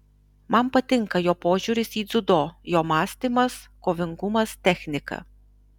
man patinka jo požiūris į dziudo jo mąstymas kovingumas technika